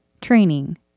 Training